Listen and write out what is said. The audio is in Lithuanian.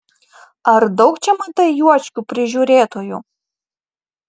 ar daug čia matai juočkių prižiūrėtojų